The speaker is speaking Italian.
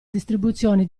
distribuzione